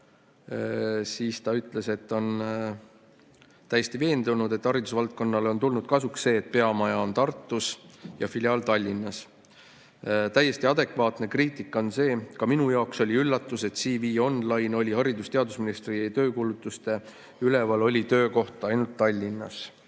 vastamas, ütles, et ta on täiesti veendunud, et haridusvaldkonnale on tulnud kasuks see, et peamaja on Tartus ja filiaal Tallinnas. "Täiesti adekvaatne kriitika on see, ka minu jaoks oli üllatus, et CV‑Online'is oli Haridus‑ ja Teadusministeeriumi töökuulutustes üleval, et töökoht on Tallinnas."